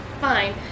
Fine